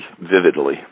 vividly